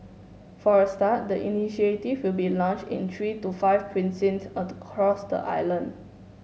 for a start the initiative will be launched in three to five precincts across the island